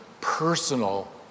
personal